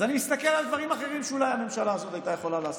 אז אני מסתכל על דברים אחרים שאולי הממשלה הזאת הייתה יכולה לעשות,